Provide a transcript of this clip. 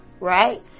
right